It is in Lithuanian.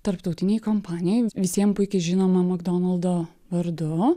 tarptautinėj kompanijoj visiem puikiai žinomam makdonaldo vardu